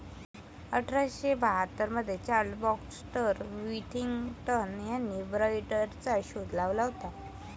अठरा शे बाहत्तर मध्ये चार्ल्स बॅक्स्टर विथिंग्टन यांनी बाईंडरचा शोध लावला होता